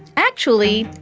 actually,